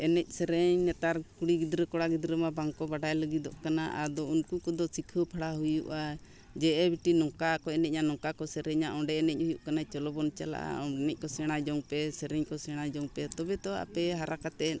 ᱮᱱᱮᱡ ᱥᱮᱨᱮᱧ ᱱᱮᱛᱟᱨ ᱠᱩᱲᱤ ᱜᱤᱫᱽᱨᱟᱹ ᱠᱚᱲᱟ ᱜᱤᱫᱽᱨᱟᱹ ᱢᱟ ᱵᱟᱝᱠᱚ ᱵᱟᱰᱟᱭ ᱞᱟᱹᱜᱤᱫᱚᱜ ᱠᱟᱱᱟ ᱟᱫᱚ ᱩᱱᱠᱩ ᱠᱚᱫᱚ ᱥᱤᱠᱷᱟᱹᱣ ᱯᱟᱲᱦᱟᱣ ᱦᱩᱭᱩᱜᱼᱟ ᱡᱮ ᱮ ᱵᱤᱴᱤ ᱱᱚᱝᱠᱟ ᱠᱚ ᱮᱱᱮᱡᱟ ᱱᱚᱝᱠᱟ ᱠᱚ ᱥᱮᱨᱮᱧᱟ ᱚᱸᱰᱮ ᱮᱱᱮᱡ ᱦᱩᱭᱩᱜ ᱠᱟᱱᱟ ᱪᱚᱞᱚ ᱵᱚᱱ ᱪᱟᱞᱟᱜᱼᱟ ᱮᱱᱮᱡ ᱠᱚ ᱥᱮᱬᱟ ᱡᱚᱝ ᱯᱮ ᱥᱮᱨᱮᱧ ᱠᱚ ᱥᱮᱬᱟ ᱡᱚᱝ ᱯᱮ ᱛᱚᱵᱮ ᱛᱚ ᱟᱯᱮ ᱦᱟᱨᱟ ᱠᱟᱛᱮᱫ